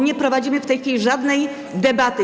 Nie prowadzimy w tej chwili żadnej debaty.